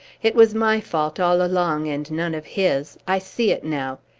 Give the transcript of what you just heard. it was my fault, all along, and none of his. i see it now!